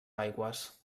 aigües